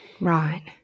Right